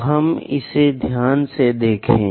तो हम इसे ध्यान से देखें